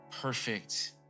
perfect